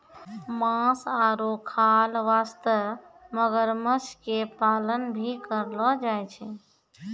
मांस आरो खाल वास्तॅ मगरमच्छ के पालन भी करलो जाय छै